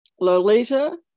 Lolita